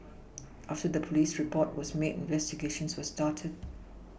after the police report was made investigations were started